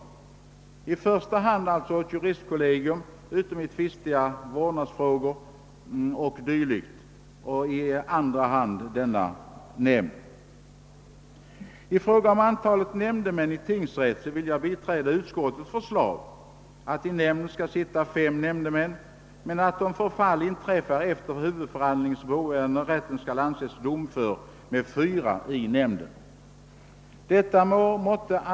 I första hand bör det alltså i tvistemål vara ett juristkollegium, utom i tvistiga vårdnadsfrågor och dylikt, och därvid i andra hand domare med nämnd. Beträffande antalet nämndemän i tingsrätt vill jag biträda utskottets förslag att i nämnd skall sitta fem nämndemän men att om förfall inträder efter huvudförhandlings påbörjande rätten skall anses domför med fyra i nämnden.